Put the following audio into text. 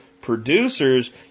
producers